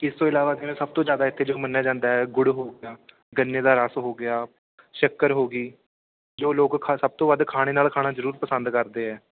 ਇਸ ਤੋਂ ਇਲਾਵਾ ਜਿਵੇਂ ਸਭ ਤੋਂ ਜ਼ਿਆਦਾ ਇੱਥੇ ਜੋ ਮੰਨਿਆ ਜਾਂਦਾ ਹੈ ਗੁੜ ਹੋ ਗਿਆ ਗੰਨੇ ਦਾ ਰਸ ਹੋ ਗਿਆ ਸ਼ੱਕਰ ਹੋ ਗਈ ਜੋ ਲੋਕ ਖਾ ਸਭ ਤੋਂ ਵੱਧ ਖਾਣੇ ਨਾਲ ਖਾਣਾ ਜ਼ਰੂਰ ਪਸੰਦ ਕਰਦੇ ਹੈ